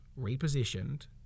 repositioned